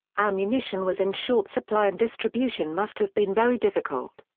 ammunition was in short supply and distribution must have been very difficult.